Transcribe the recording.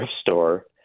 store